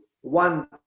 one